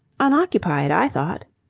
unoccupied, i thought.